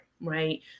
right